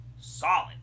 Solid